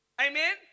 Amen